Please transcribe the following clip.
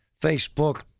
Facebook